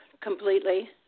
completely